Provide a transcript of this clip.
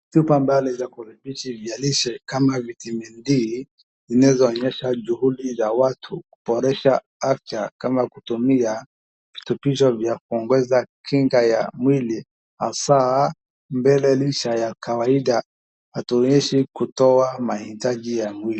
Chupa ambayo ni ya virutubishi vya lishe kama vitamin D inaweza onyesha juhudi za watu kuboresha afya kama kutumia virutubisho za kuongeza kinga za mwili hasa bila lishe ya kawaida hatuwezi kutoa mahitaji ya mwili.